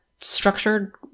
structured